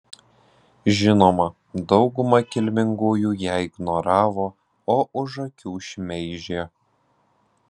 žinoma dauguma kilmingųjų ją ignoravo o už akių šmeižė